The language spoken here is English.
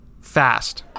fast